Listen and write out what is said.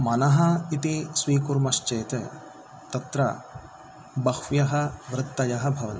मनः इति स्वीकुर्मश्चेत् तत्र बह्व्यः वृत्तयः भवन्ति